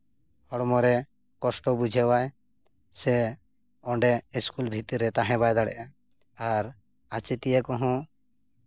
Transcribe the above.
ᱦᱚᱲᱢᱚ ᱨᱮ ᱠᱚᱥᱴᱚ ᱵᱩᱡᱷᱟᱹᱣᱟᱭ ᱥᱮ ᱚᱸᱰᱮ ᱤᱥᱠᱩᱞ ᱵᱷᱤᱛᱤᱨ ᱨᱮ ᱛᱟᱦᱮᱸ ᱵᱟᱭ ᱫᱟᱲᱮᱭᱟᱜᱼᱟ ᱟᱨ ᱟᱪᱮᱫᱤᱭᱟᱹ ᱠᱚᱦᱚᱸ